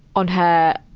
on her,